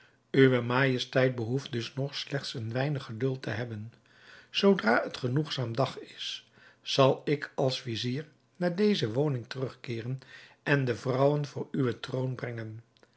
uwe majesteit behoeft dus nog slechts een weinig geduld te hebben zoodra het genoegzaam dag is zal ik als vizier naar deze woning terugkeeren en de vrouwen voor uwen troon brengen